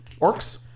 orcs